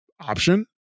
option